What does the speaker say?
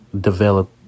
develop